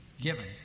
given